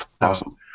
Awesome